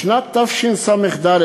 בשנת תשס"ד,